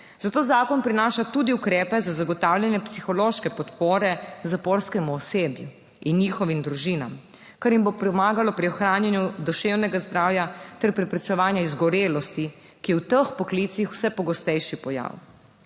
zato zakon prinaša tudi ukrepe za zagotavljanje psihološke podpore zaporskemu osebju in njihovim družinam, kar jim bo pomagalo pri ohranjanju duševnega zdravja ter preprečevanja izgorelosti, ki je v teh poklicih vse pogostejši pojav.